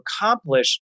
accomplish